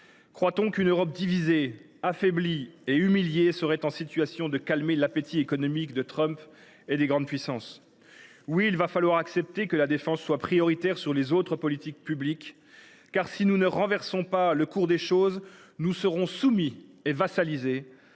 Croit on qu’une Europe divisée, affaiblie et humiliée serait en situation de calmer l’appétit économique de Trump et des grandes puissances ? Oui, il va falloir accepter que la défense soit prioritaire par rapport aux autres politiques publiques, car si nous ne renversons pas le cours des choses, nous serons soumis et vassalisés. Dans